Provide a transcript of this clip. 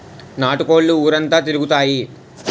నాటు కోళ్లు ఊరంతా తిరుగుతాయి